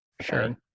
sure